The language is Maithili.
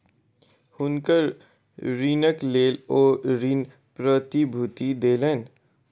हुनकर ऋणक लेल ओ ऋण प्रतिभूति देलैन